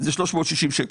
זה 360 שקלים